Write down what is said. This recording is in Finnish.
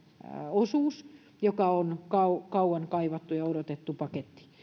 osuus joka on kauan kauan kaivattu ja odotettu paketti